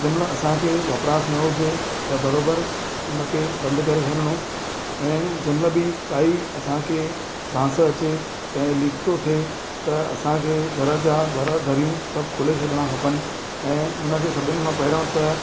जंहिं महिल असांखे वपरास न हुजे त बराबरि उनखे बंदि करे छॾिणो ऐं जंहिं महिल बि काई असांखे बांस अचे भई लीक थो थिए त असांखे घर जा दर दरियूं सब खुले छॾिणा खपनि ऐं उनखे सभिनि खां पहिरियों त